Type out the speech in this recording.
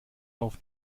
auf